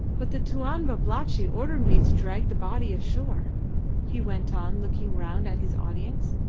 but the tuan babalatchi ordered me to drag the body ashore he went on looking round at his audience,